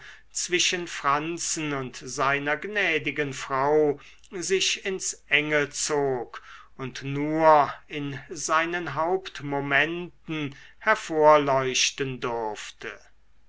zwischen franzen und seiner gnädigen frau sich ins enge zog und nur in seinen hauptmomenten hervorleuchten durfte